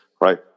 right